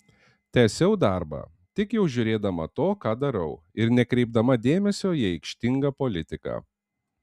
tęsiau darbą tik jau žiūrėdama to ką darau ir nekreipdama dėmesio į aikštingą politiką